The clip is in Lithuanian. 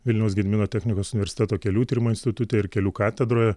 vilniaus gedimino technikos universiteto kelių tyrimo institute ir kelių katedroje